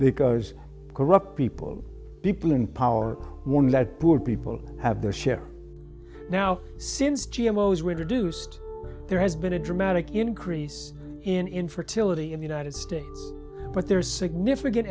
because corrupt people people in power or people have their share now since g m o is reduced there has been a dramatic increase in infertility in the united states but there's significant